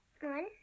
one